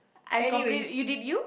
I complete you did you